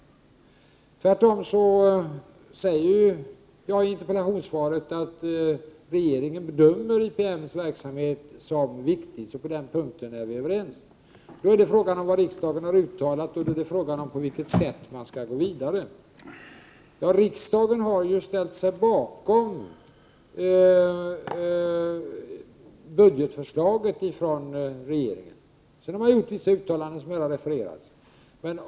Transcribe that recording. Jag har tvärtom framhållit i interpellationssvaret att regeringen bedömer IPM:s verksamhet som viktig. På den punkten är vi således överens. Frågan är alltså vad riksdagen har uttalat och på vilket sätt man skall gå vidare. Riksdagen har ställt sig bakom regeringens budgetförslag. Riksdagen har sedan gjort vissa uttalanden som här har refererats.